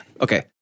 Okay